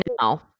now